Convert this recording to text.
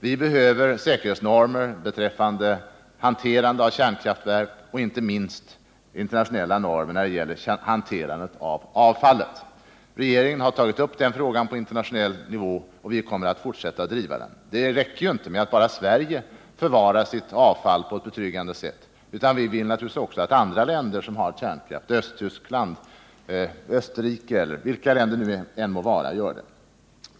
Vi behöver säkerhetsnormer för hanteringen av kärnkraftsverk och inte minst för hanteringen av avfallet. Regeringen har tagit upp den frågan på internationell nivå, och vi kommer att fortsätta att driva den. Det räcker ju inte med att bara Sverige förvarar sitt avfall på ett betryggande sätt, utan vi vill naturligtvis att även andra länder som har kärnkraft — Östtyskland, Österrike eller vilka länder det än må vara — gör det.